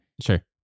Sure